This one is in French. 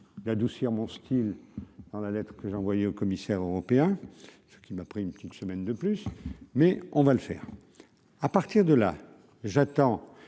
l'adoucir mon Style dans la lettre que j'ai envoyée au commissaire européen, ce qui m'a pris une petite semaine de plus, mais on va le faire à partir de là, j'attends,